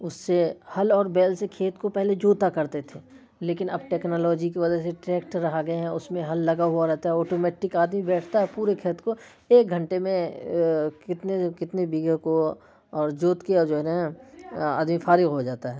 اس سے ہل اور بیل سے کھیت کو پہلے جوتا کرتے تھے لیکن اب ٹیکنالوجی کی وجہ سے ٹریکٹر آ گئے ہیں اس میں ہل لگا ہوا رہتا ہے اٹومیٹک آدمی بیٹھتا ہے پورے کھیت کو ایک گھنٹے میں کتنے کتنے بیگہے کو اور جوت کے اور جو ہیں نا آدمی فارغ ہو جاتا ہے